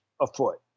afoot